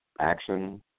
action